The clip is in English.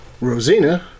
Rosina